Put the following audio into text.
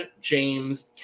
James